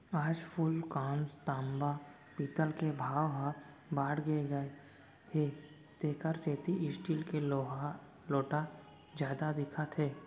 आज फूलकांस, तांबा, पीतल के भाव ह बाड़गे गए हे तेकर सेती स्टील के लोटा जादा दिखत हे